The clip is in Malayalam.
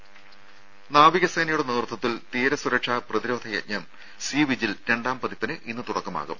ദ്ദേ നാവികസേനയുടെ നേതൃത്വത്തിൽ തീരസുരക്ഷാ പ്രതിരോധ യജ്ഞം സീ വിജിൽ രണ്ടാംപതിപ്പിന് ഇന്ന് തുടക്കമാകും